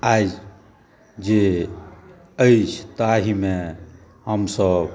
आइ जे अछि ताहिमे हमसभ